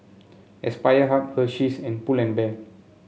Aspire Hub Hersheys and Pull and Bear